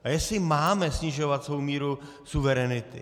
A jestli máme snižovat svou míru suverenity.